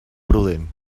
prudent